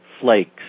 flake's